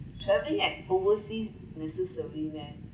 travelling at overseas necessarily meh